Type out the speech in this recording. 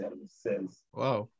Wow